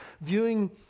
viewing